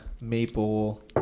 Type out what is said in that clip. maple